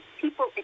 People